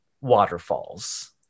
waterfalls